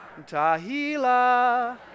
tahila